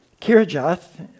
Kirjath